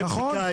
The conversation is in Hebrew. נכון?